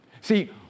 See